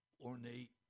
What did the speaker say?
ornate